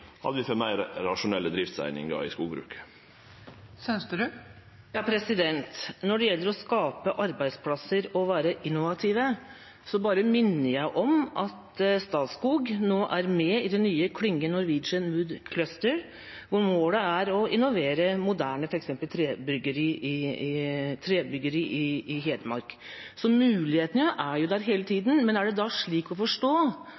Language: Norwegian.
at vi får meir rasjonelle driftseiningar i skogbruket. Når det gjelder å skape arbeidsplasser og være innovativ, bare minner jeg om at Statskog nå er med i den nye klyngen Norwegian Wood Cluster, og målet er å innovere f.eks. moderne trebyggeri i Hedmark. Så mulighetene er jo der hele tiden. Men er det da slik å forstå